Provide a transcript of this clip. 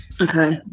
Okay